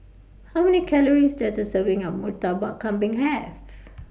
How Many Calories Does A Serving of Murtabak Kambing Have